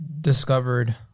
Discovered